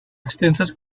extensas